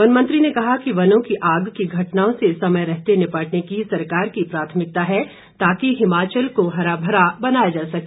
one मंत्री ने कहा कि वनों की आग की घटनाओं से समय रहते निपटने की सरकार की प्राथमिकता है ताकि हिमाचल को हरा भरा बनाया जा सके